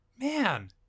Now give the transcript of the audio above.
man